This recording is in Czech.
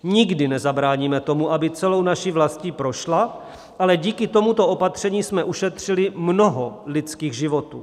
Nikdy nezabráníme tomu, aby celou naší vlastní prošla, ale díky tomuto opatření jsme ušetřili mnoho lidských životů.